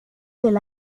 del